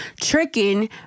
tricking